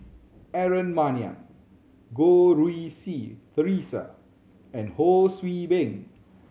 Aaron Maniam Goh Rui Si Theresa and Ho See Beng